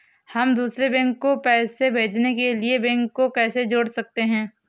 हम दूसरे बैंक को पैसे भेजने के लिए बैंक को कैसे जोड़ सकते हैं?